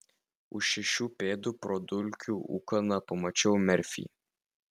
už šešių pėdų pro dulkių ūkaną pamačiau merfį